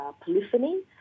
polyphony